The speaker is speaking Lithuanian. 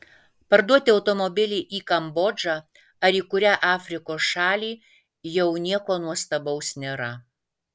parduoti automobilį į kambodžą ar į kurią afrikos šalį jau nieko nuostabaus nėra